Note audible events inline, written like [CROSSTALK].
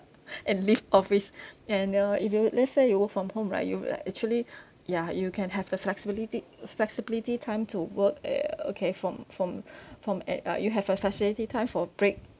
[BREATH] and leave office [BREATH] and you know if you let's say you work from home right you will like actually [BREATH] ya you can have the flexibility flexibility time to work uh okay from from [BREATH] from at uh you have a flexibility time for break